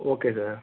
okay sir